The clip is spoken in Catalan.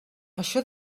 això